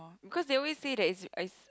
because they always say that it's it's